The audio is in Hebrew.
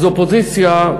אז אופוזיציה,